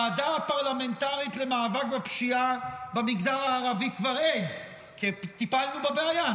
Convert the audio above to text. ועדה פרלמנטרית למאבק בפשיעה במגזר הערבי כבר אין כי טיפלנו בבעיה,